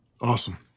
Awesome